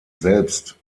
selbst